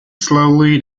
slowly